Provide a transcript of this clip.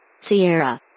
Sierra